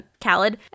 Khaled